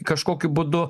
kažkokiu būdu